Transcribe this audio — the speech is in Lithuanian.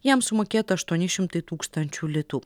jam sumokėta aštuoni šimtai tūkstančių litų